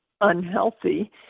unhealthy